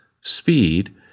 speed